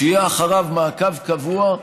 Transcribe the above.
שיהיה אחריו מעקב קבוע,